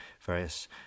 various